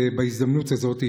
אני רוצה בהזדמנות הזאת,